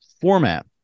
format